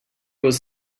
was